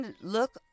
look